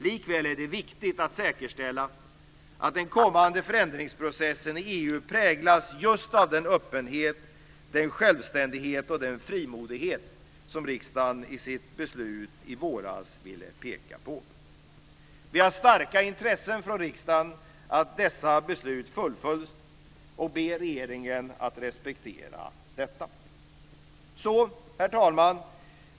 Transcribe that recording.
Likväl är det viktigt att säkerställa att den kommande förändringsprocessen i EU präglas just av den öppenhet, den självständighet och den frimodighet som riksdagen i sitt beslut i våras ville peka på. Vi har starka intressen från riksdagen att dessa beslut fullföljs och ber regeringen att respektera detta. Herr talman!